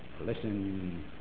listen